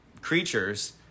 creatures